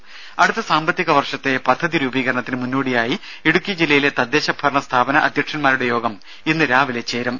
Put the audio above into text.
രുര അടുത്ത സാമ്പത്തിക വർഷത്തെ പദ്ധതിരൂപീകരണത്തിന് മുന്നോടിയായി ഇടുക്കി ജില്ലയിലെ തദ്ദേശഭരണ സ്ഥാപന അധ്യക്ഷന്മാരുടെ യോഗം ഇന്ന് രാവിലെ ചേരും